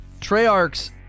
Treyarch's